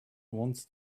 wants